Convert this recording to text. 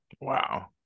Wow